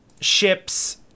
ships